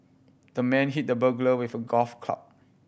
the man hit the burglar with a golf club